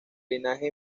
linaje